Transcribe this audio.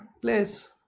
place